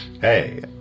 Hey